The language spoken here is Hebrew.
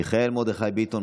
מיכאל מרדכי ביטון,